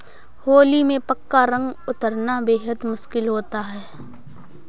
होली में पक्का रंग उतरना बेहद मुश्किल होता है